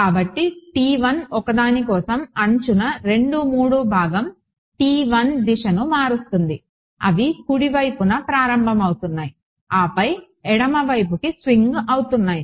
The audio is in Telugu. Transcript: కాబట్టి ఒకదాని కోసం అంచున 2 3 భాగం దిశను మారుస్తుంది అవి కుడి వైపున ప్రారంభమవుతాయి ఆపై ఎడమ వైపుకు స్వింగ్ అవుతాయి